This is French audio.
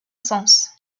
sens